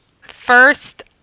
First